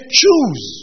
choose